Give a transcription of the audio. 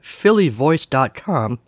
phillyvoice.com